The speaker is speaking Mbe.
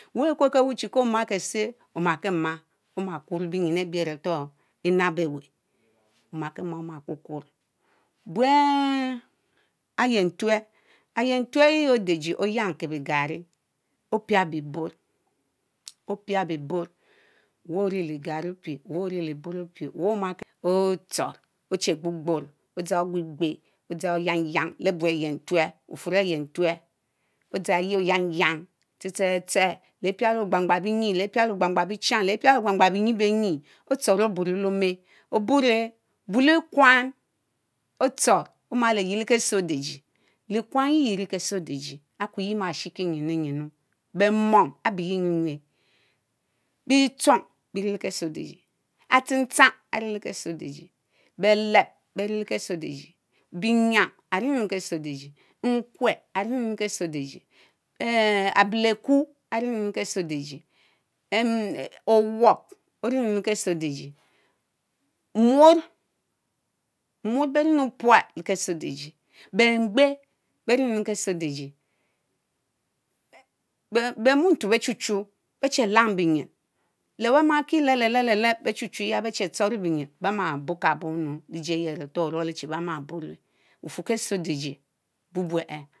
Weh arẽ ɛkwekie ewehh kó ma késé i omakiema i oma kuorr benyi abie are tor enabeweh omakima omá kworr benyi abie aré tór enábéwéh omakima omakurr kurri bueh. Ayẽntuel ayentuel yiyen odajie oyankie igarri opia bie-borr, wehh orilie lee igarri opie weh are orielie ɛborr opie weh ohh omaki otchorr oche gbugborr odza ogbegbe oyanyana lebueh ayentuel bufurr áyentuel odzan eyie óyangyang tseh tseh tseh lee épialue bie gbangbang bienyi lee ɛpialue bie gbang gbang bie-chand léé epialue bie gbang gbang bienyi benyie otchorr oburo lé omé, O’bure búú léé kwan otchorr omaleyie lé kesé odajie. Likwan lie ɛri kese odajie ákweh yeh mahh shikie lenyinu lenyinu; beh-mumm abe yeh ɛnyu nyuerr i, bitchong beriele kese odajie; achencha ari lé kesé odajie; nkwere arinuu lé kese odajie eaạ abéléku anienu lé kese odajie mmh õwop orinu lé kese odaje; muorr beh ri ɛnu puat lé kese odajie bengbee beh ri enu lé kese odajie; behh muntuu béé chu béé che lang binyin; le léh beh ehu chuya beh chéé tshoro bienyin beh ma burrka borr lejieye aretor oruole beh ma burueh; bufurr kese odajie bubue ehh.